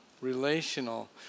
relational